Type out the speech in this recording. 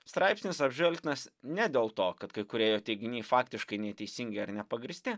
straipsnis apžvelgtinas ne dėl to kad kai kurie jo teiginiai faktiškai neteisingi ar nepagrįsti